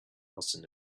crossing